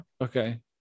okay